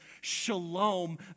shalom